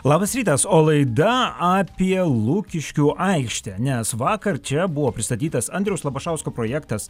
labas rytas o laida apie lukiškių aikštę nes vakar čia buvo pristatytas andriaus labašausko projektas